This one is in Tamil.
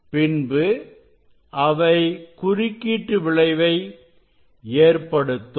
பின்பு அவை குறுக்கீட்டு விளைவை ஏற்படுத்தும்